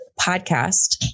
Podcast